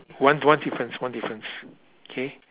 one one difference one difference okay